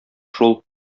шул